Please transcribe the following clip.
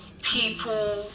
people